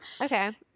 okay